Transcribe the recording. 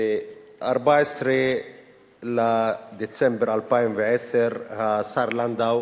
ב-14 בדצמבר 2010 השר לנדאו